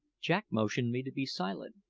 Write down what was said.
jack motioned me to be silent,